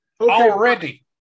Already